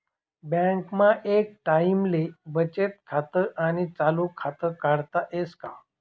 बँकमा एक टाईमले बचत खातं आणि चालू खातं काढता येस का?